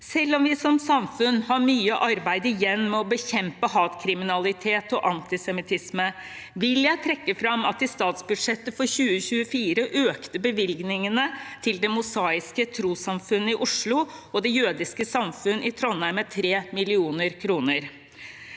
Selv om vi som samfunn har mye arbeid igjen med å bekjempe hatkriminalitet og antisemittisme, vil jeg trekke fram at i statsbudsjettet for 2024 økte bevilgningene til Det Mosaiske Trossamfund i Oslo og Det jødiske samfunn i Trondheim med 3 mill. kr.